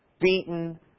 beaten